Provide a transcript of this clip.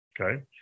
okay